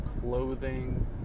clothing